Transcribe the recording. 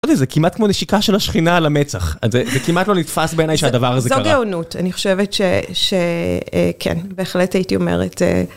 זה כמעט כמו נשיקה של השכינה על המצח, זה כמעט לא נתפס בעיניי שהדבר הזה קרה. זו גאונות, אני חושבת שכן, בהחלט הייתי אומרת.